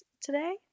today